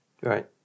Right